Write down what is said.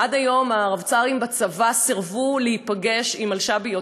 עד היום הרבצ"רים בצבא סירבו להיפגש על מלש"ביות,